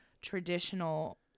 traditional